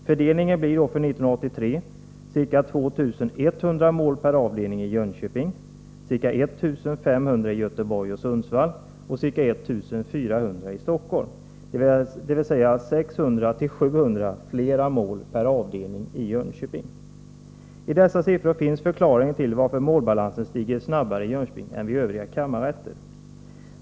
Fördelningen blir då för 1983 ca 2 100 mål per avdelning i Jönköping, ca 1500 i Göteborg och Sundsvall och ca 1 400 i Stockholm, dvs. 600-700 fler mål per avdelning i Jönköping. I dessa siffror finns förklaringen till varför målbalansen stiger snabbare i Jönköping än vid övriga kammarrätter.